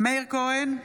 מאיר כהן,